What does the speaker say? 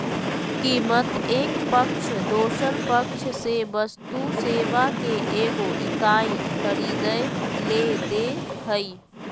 कीमत एक पक्ष दोसर पक्ष से वस्तु सेवा के एगो इकाई खरीदय ले दे हइ